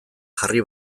jarri